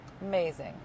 Amazing